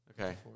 Okay